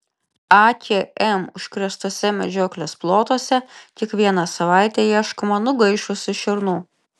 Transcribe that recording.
akm užkrėstuose medžioklės plotuose kiekvieną savaitę ieškoma nugaišusių šernų